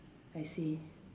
I see